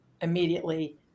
immediately